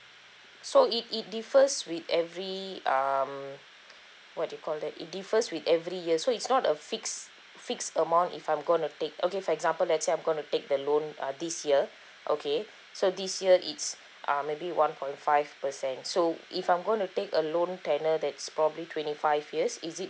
so it it differs with every um what do you call it it differs with every year so it's not a fixed fixed amount if I'm gonna take okay for example let's say I'm gonna take the loan uh this year okay so this year it's uh maybe one point five percent so if I'm gonna take a loan tanure that's probably twenty five years is it